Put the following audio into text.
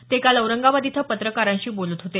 ते काल औरंगाबाद इथं पत्रकारांशी बोलत होते